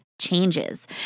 changes